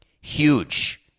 Huge